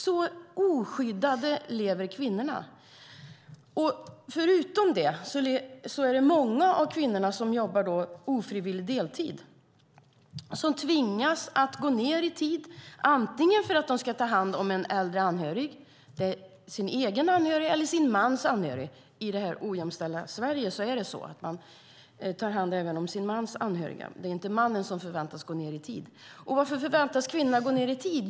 Så oskyddade lever kvinnorna. Förutom detta är det många av kvinnorna som jobbar ofrivillig deltid och tvingas att gå ned i tid för att de ska ta hand om en äldre anhörig - sin egen anhörig eller sin mans anhörig. I detta ojämställda Sverige är det nämligen så; kvinnor tar hand även om sina mäns anhöriga. Det är inte männen som förväntas gå ned i tid. Varför förväntas kvinnorna gå ned i tid?